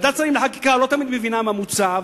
ועדת שרים לחקיקה לא תמיד מבינה מה מוצע,